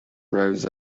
rose